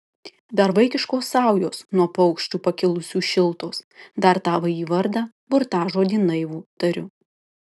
dar vaikiškos saujos nuo paukščių pakilusių šiltos dar tavąjį vardą burtažodį naivų tariu